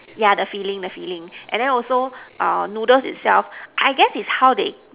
ya the filling the filling and also the noodle itself I guess is how they